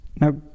Now